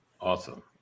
Awesome